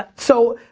ah so,